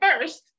first